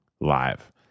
live